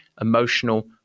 emotional